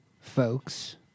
folks